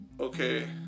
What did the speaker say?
Okay